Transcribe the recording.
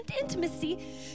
intimacy